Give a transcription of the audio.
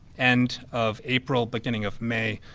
and of april, beginning of may,